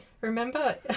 Remember